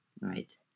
right